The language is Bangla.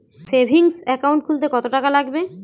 সেভিংস একাউন্ট খুলতে কতটাকা লাগবে?